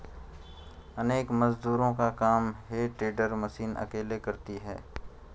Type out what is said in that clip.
अनेक मजदूरों का काम हे टेडर मशीन अकेले करती है